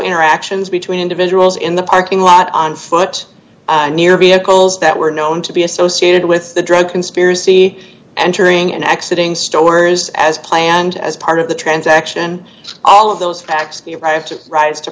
interactions between individuals in the parking lot on foot near vehicles that were known to be associated with the drug conspiracy and touring and accident stores as planned as part of the transaction all of those facts have to rise to